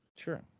Sure